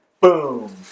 Boom